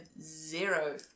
zero